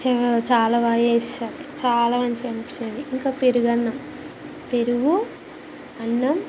చా చాలా బాగా చేస్తుంది చాలా మంచిగా అనిపిస్తుంది అది ఇంకా పెరుగన్నం పెరుగు అన్నం